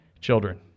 children